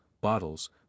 bottles